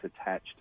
attached